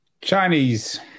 Chinese